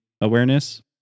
awareness